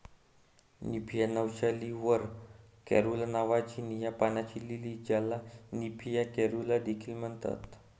Nymphaea nouchali वर caerulea नावाची निळ्या पाण्याची लिली, ज्याला निम्फिया कॅरुला देखील म्हणतात